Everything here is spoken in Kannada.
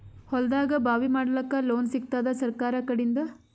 ಹೊಲದಾಗಬಾವಿ ಮಾಡಲಾಕ ಲೋನ್ ಸಿಗತ್ತಾದ ಸರ್ಕಾರಕಡಿಂದ?